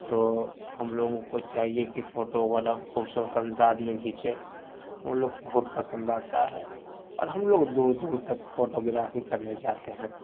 تو ہم لوگوں کو چاہیے کہ فوٹو والا خوبصورت انداز میں کھینچے ہم لوگ کو بہت پسند آتا ہے اور ہم لوگ دور دور تک فوٹو گرافی کرنے جاتے ہیں